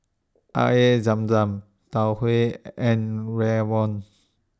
Air Zam Zam Tau Huay and Rawon